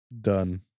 Done